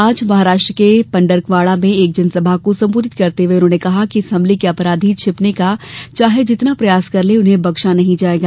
आज महाराष्ट्र के पंढर्कवाड़ा में एक जनसभा को संबोधित करते हुए उन्होंने कहा कि इस हमले के अपराधी छिपने का चाहे जितना प्रयास कर लें उन्हें बख्शा नहीं जाएगा